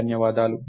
ధన్యవాదాలు